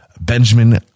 Benjamin